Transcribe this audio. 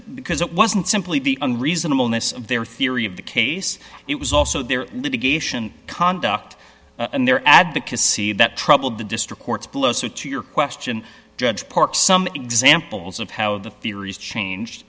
because it wasn't simply the unreasonable miss their theory of the case it was also their litigation conduct and their advocacy that troubled the district courts below so to your question judge parks some examples of how the theories changed